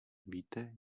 víte